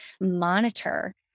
monitor